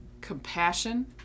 compassion